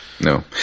No